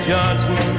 Johnson